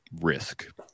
risk